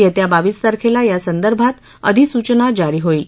येत्या बावीस तारखेला यासंदर्भात अधिसूचना जारी होईल